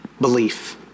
belief